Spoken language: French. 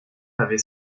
avait